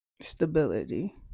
stability